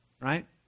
right